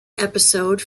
episode